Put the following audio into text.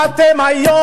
באתם היום,